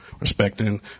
respecting